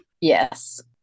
yes